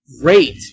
great